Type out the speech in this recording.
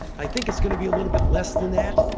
i think it's going to be a little bit less than that.